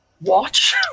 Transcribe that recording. watch